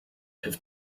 have